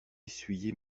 essuyé